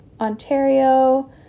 ontario